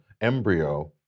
embryo